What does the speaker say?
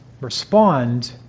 respond